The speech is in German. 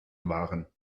waren